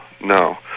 no